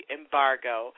embargo